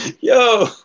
Yo